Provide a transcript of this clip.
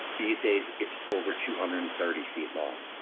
these days it's over two hundred and thirty feet long.